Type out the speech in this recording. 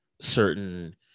certain